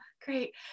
great